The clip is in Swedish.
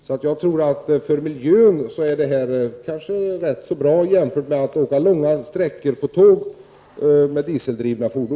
För miljön tror jag att detta förslag är rätt bra jämfört med att köra långa sträckor med tåg med dieseldrivna lok.